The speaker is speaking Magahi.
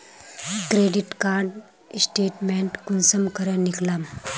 क्रेडिट कार्ड स्टेटमेंट कुंसम करे निकलाम?